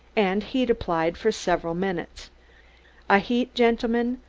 and heat applied, for several minutes a heat, gentlemen,